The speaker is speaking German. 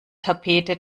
tapete